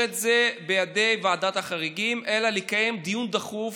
את זה בידי ועדת החריגים אלא לקיים דיון דחוף